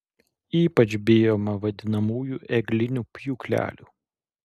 ypač bijoma vadinamųjų eglinių pjūklelių